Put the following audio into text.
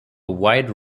wide